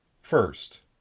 first